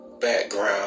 background